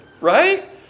right